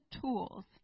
tools